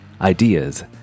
ideas